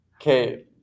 Okay